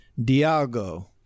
diago